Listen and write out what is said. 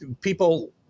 people